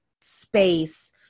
space